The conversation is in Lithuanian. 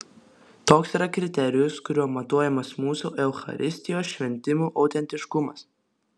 toks yra kriterijus kuriuo matuojamas mūsų eucharistijos šventimų autentiškumas